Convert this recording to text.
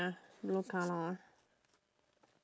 blue colour